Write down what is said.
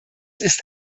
ist